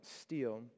steal